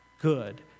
good